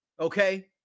Okay